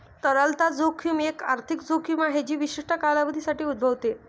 तरलता जोखीम एक आर्थिक जोखीम आहे जी विशिष्ट कालावधीसाठी उद्भवते